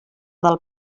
del